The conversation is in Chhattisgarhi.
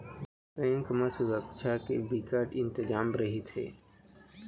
बेंक म सुरक्छा के बिकट इंतजाम रहिथे